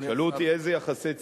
שאלו אותי איזה יחסי ציבור.